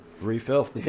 Refill